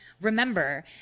remember